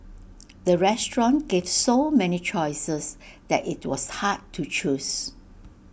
the restaurant gave so many choices that IT was hard to choose